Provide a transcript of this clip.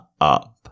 up